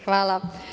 Hvala.